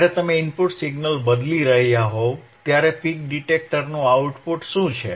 જ્યારે તમે input signal બદલી રહ્યા હોવ ત્યારે પીક ડિટેક્ટરનું આઉટપુટ શું છે